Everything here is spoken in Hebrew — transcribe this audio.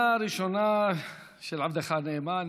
צוהריים טובים.